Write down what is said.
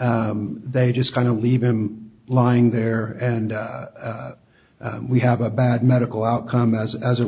they just kind of leave him lying there and we have a bad medical outcome as as a